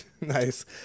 Nice